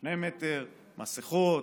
שני מטר, מסכות,